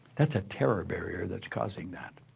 that's a terror barrier that's causing that,